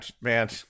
man